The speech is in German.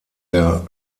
der